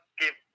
give